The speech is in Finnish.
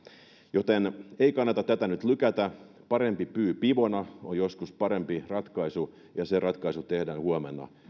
joten ei kannata tätä nyt lykätä parempi pyy pivossa on joskus parempi ratkaisu ja se ratkaisu tehdään huomenna